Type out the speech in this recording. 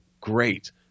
great